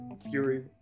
Fury